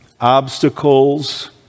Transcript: obstacles